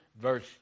verse